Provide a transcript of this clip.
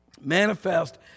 manifest